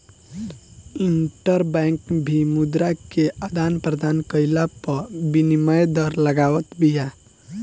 interbank भी मुद्रा के आदान प्रदान कईला पअ विनिमय दर लगावत बिया